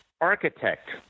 architect